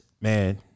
man